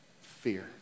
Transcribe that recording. Fear